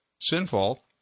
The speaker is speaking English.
sinful